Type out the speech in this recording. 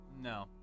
No